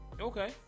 Okay